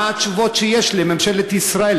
מה התשובות שיש לממשלת ישראל,